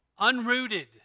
unrooted